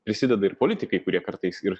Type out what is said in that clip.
prisideda ir politikai kurie kartais ir